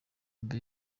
nta